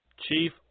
Chief